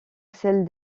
celle